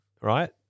right